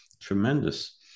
Tremendous